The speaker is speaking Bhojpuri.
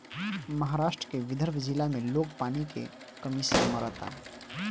महाराष्ट्र के विदर्भ जिला में लोग पानी के कमी से मरता